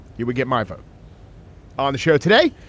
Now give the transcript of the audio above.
you would get my vote on the show today.